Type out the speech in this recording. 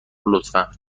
لطفا